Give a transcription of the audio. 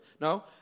No